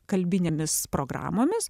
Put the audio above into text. kalbinėmis programomis